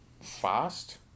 fast